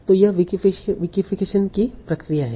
तो यह विकिफीकेशन की प्रक्रिया है